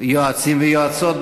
יועצים ויועצות,